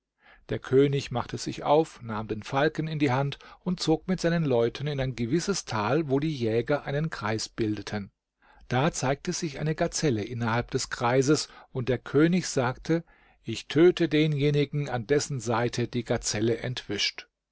der könig machte sich auf nahm den falken in die hand und zog mit seinen leuten in ein gewisses tal wo die jäger einen kreis bildeten da zeigte sich eine gazelle innerhalb des kreises und der könig sagte ich töte denjenigen an dessen seite die gazelle entwischt